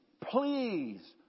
Please